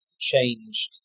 changed